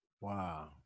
Wow